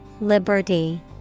Liberty